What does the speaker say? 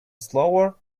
slower